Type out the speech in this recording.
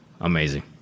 amazing